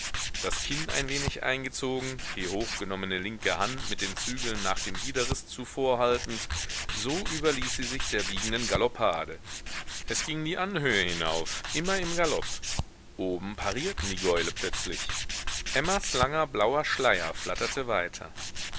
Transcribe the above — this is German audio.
das kinn ein wenig eingezogen die hochgenommene linke hand mit den zügeln nach dem widerrist zu vorhaltend so überließ sie sich der wiegenden galoppade es ging die anhöhe hinauf immer im galopp oben parierten die gäule plötzlich emmas langer blauer schleier flatterte weiter